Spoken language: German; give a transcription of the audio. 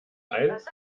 eins